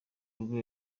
urwo